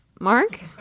Mark